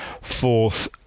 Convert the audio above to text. fourth